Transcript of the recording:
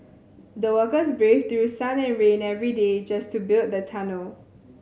the workers braved through sun and rain every day just to build the tunnel